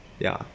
ya